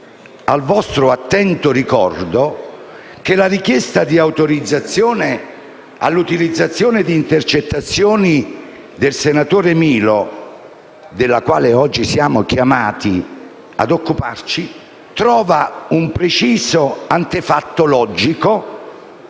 al vostro attento ricordo che la richiesta di autorizzazione all'utilizzazione di intercettazioni telefoniche del senatore Milo, della quale oggi siamo chiamati ad occuparci, trova un preciso antefatto logico